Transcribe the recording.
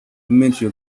dementia